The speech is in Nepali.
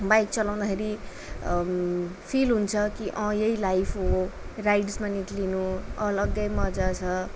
बाइक चलाउँदाखेरि फिल हुन्छ कि अँ यही लाइफ हो राइड्समा निक्लिनु अलगै मजा छ